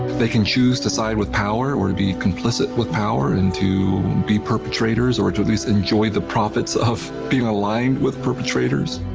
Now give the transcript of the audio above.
they can choose to side with power or to be complicit with power and to be perpetrators, or to at least enjoy the profits of being aligned with perpetrators,